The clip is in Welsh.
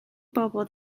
bobol